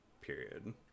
period